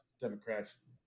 Democrats